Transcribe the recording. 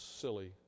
silly